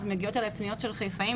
אז מגיעות אליי פניות של חיפאים,